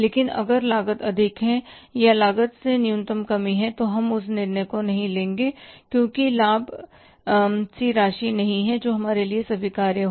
लेकिन अगर लागत अधिक है या लागत में न्यूनतम कमी है तो हम उस निर्णय को नहीं लेंगे क्योंकि लाभ सी राशि नहीं है जो हमारे लिए स्वीकार्य हो